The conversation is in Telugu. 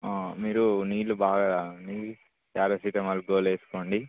మీరు నీళ్ళు బాగా మింగి పారాసెటమాల్ గోళీ వేసుకోండి